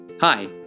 Hi